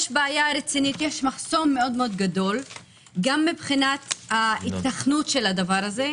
יש מחסום מאוד גדול גם מבחינת ההיתכנות של זה,